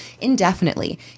indefinitely